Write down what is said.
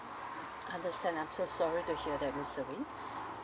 understand I'm so sorry to hear that miss serene